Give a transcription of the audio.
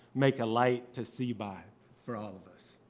make a light to see by for all of us.